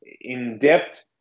In-depth